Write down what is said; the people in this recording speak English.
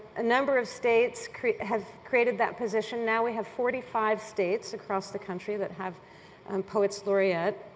a number of states have created that position. now we have forty five states across the country that have um poets laureate,